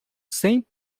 sem